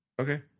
Okay